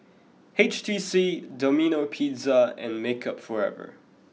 H T C Domino Pizza and Makeup Forever